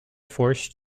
forced